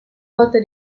volta